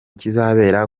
kizabera